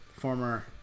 former